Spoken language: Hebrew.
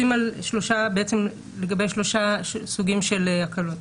בעצם לגבי שלושה סוגים של הקלות,